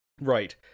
Right